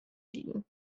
liegen